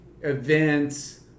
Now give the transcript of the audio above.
events